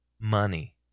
money